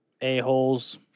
A-holes